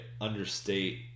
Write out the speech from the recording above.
understate